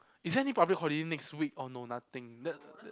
is there any public holiday next week oh no nothing